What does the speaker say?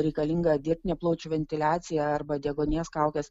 reikalinga dirbtinė plaučių ventiliacija arba deguonies kaukės